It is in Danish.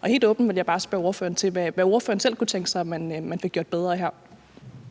Og helt åbent vil jeg bare spørge ordføreren til, hvad ordføreren selv kunne tænke sig man fik gjort bedre her.